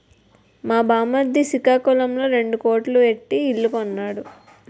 మా బామ్మర్ది సికాకులంలో రెండు కోట్లు ఎట్టి ఇల్లు కొన్నాడు